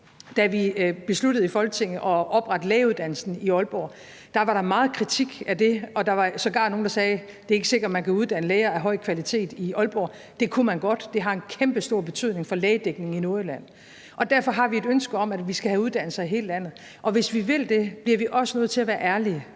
Da vi besluttede i Folketinget at oprette lægeuddannelsen i Aalborg, var der meget kritik af det, og der var sågar nogle, der sagde, at det ikke er sikkert, man kan uddanne læger af høj kvalitet i Aalborg. Det kunne man godt, og det har en kæmpestor betydning for lægedækningen i Nordjylland. Derfor har vi et ønske om, at vi skal have uddannelser i hele landet, og hvis vi vil det, bliver vi også nødt til at være ærlige,